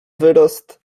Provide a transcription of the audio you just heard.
wyrost